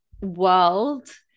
world